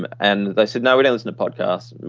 and they said, no, we don't listen to podcast.